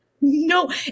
no